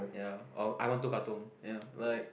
ya orh I One Two Katong ya like